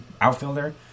outfielder